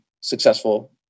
successful